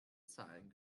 zahlen